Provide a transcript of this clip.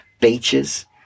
beaches